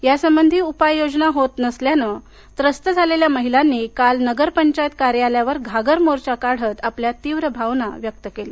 यासंबंधी उपाययोजना होत नसल्याने त्रस्त झालेल्या महिलांनी काल नगरपंचायत कार्यालयावर घागर मोर्चा काढत आपल्या तीव्र भावना व्यक्त केल्या